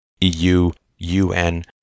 EU-UN